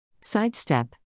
Sidestep